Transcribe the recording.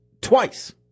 twice